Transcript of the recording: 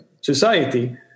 society